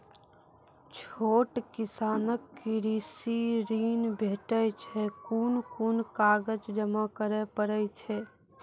छोट किसानक कृषि ॠण भेटै छै? कून कून कागज जमा करे पड़े छै?